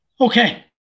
Okay